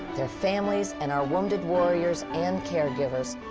their families, and our wounded warriors and caregivers.